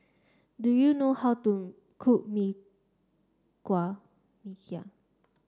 do you know how to cook Mee Kuah